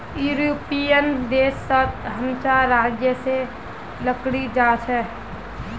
European देश सोत हम चार राज्य से लकड़ी जा छे